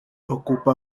ocupa